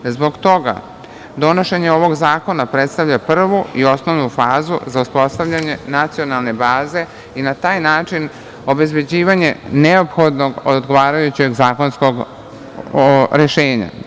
Zbog toga donošenje ovog zakona predstavlja prvu i osnovnu fazu za uspostavljanje nacionalne baze i na taj način obezbeđivanje neophodnog odgovarajućeg zakonskog rešenja.